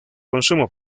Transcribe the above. consumo